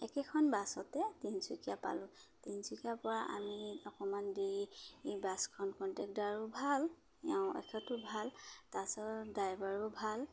একেখন বাছতে তিনিচুকীয়া পালোঁ তিনিচুকীয়াাৰপৰা আমি অকমান দেৰি এই বাছখন কণ্ট্ৰেকদাৰো ভাল এওঁ এখেতো ভাল বাছত ড্ৰাইভাৰো ভাল